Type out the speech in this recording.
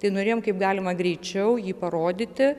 tai norėjom kaip galima greičiau jį parodyti